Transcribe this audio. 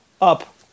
up